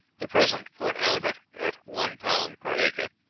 the present port albert, at one pound per acre,